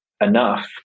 enough